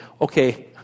okay